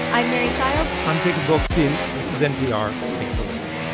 i'm mary childs i'm jacob goldstein. this is npr. thanks for listening